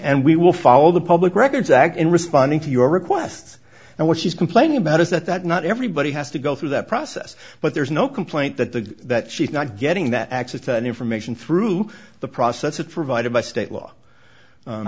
and we will follow the public records act in responding to your requests and what she's complaining about is that that not everybody has to go through that process but there's no complaint that the that she's not getting that access to information through the process of provided by state law